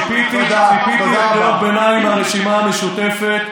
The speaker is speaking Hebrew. קריאת הביניים נשמעה.